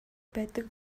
байдаг